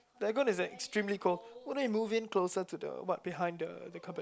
the aircon is extremely cold why don't you move in closer to the one behind the the cupboard